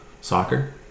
soccer